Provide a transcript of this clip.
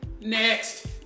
Next